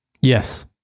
Yes